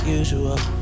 usual